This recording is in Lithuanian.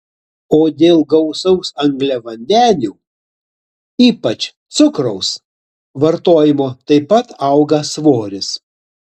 o dėl gausaus angliavandenių ypač cukraus vartojimo taip pat auga svoris